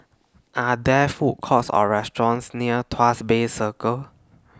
Are There Food Courts Or restaurants near Tuas Bay Circle